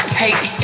take